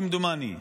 כמדומני,